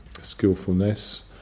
skillfulness